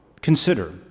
Consider